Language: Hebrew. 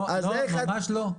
לא, ממש לא.